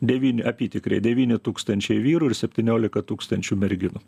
devyni apytikriai devyni tūkstančiai vyrų ir septyniolika tūkstančių merginų